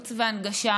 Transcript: שיפוץ והנגשה,